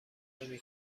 نمی